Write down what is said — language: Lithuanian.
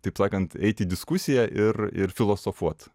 taip sakant eit į diskusiją ir ir filosofuot